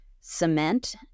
cement